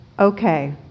Okay